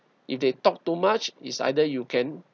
if they talk too much is either you can